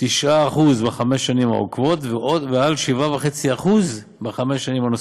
9% בחמש השנים העוקבות ו-7.5% בחמש שנים נוספות.